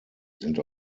sind